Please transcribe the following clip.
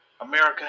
America